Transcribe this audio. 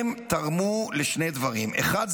הם תרמו לשני דברים: אחד,